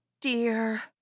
dear